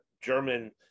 German